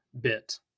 bit